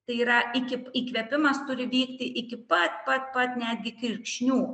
tai yra iki įkvėpimas turi vykti iki pat pat pat netgi kirkšnių